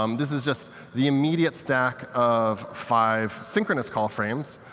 um this is just the immediate stack of five synchronous call frames,